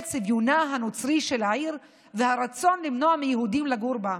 צביונה הנוצרי של העיר והרצון למנוע מיהודים לגור בה.